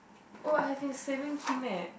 oh I've been saving him eh